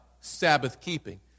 Sabbath-keeping